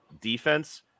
defense